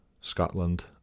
Scotland